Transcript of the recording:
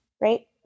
right